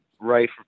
right